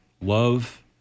love